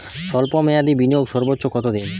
স্বল্প মেয়াদি বিনিয়োগ সর্বোচ্চ কত দিন?